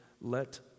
let